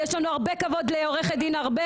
ויש לנו הרבה כבוד לעורכת דין ארבל,